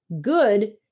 good